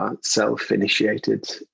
self-initiated